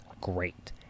great